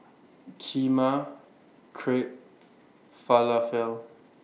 Kheema Crepe Falafel